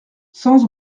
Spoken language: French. sens